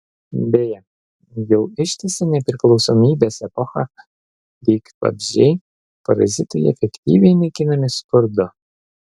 beje jau ištisą nepriklausomybės epochą lyg vabzdžiai parazitai efektyviai naikinami skurdu